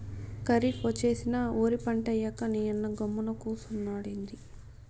కరీఫ్ ఒచ్చేసినా ఒరి పంటేయ్యక నీయన్న గమ్మున కూసున్నాడెంది